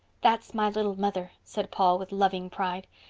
that's my little mother, said paul with loving pride.